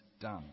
done